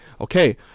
okay